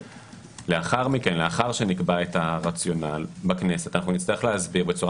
שלאחר שנקבע את הרציונל בכנסת אנחנו נצטרך להסביר בצורה